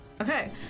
Okay